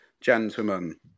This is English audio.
gentlemen